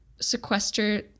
sequester